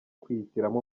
kwihitiramo